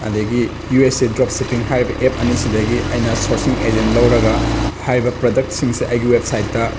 ꯑꯗꯒꯤ U S A drop shipping ꯍꯥꯏꯔꯤꯕ app ꯑꯅꯤꯁꯤꯗꯒꯤ ꯑꯩꯅ ꯁꯣꯔꯁꯤꯡ ꯑꯖꯦꯟ ꯂꯧꯔꯒ ꯍꯥꯏꯔꯤꯕ ꯄ꯭ꯔꯗꯛꯁꯤꯡꯁꯦ ꯑꯩꯒꯤ ꯋꯦꯞꯁꯥꯏꯠꯇ